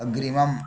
अग्रिमम्